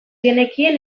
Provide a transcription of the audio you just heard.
genekien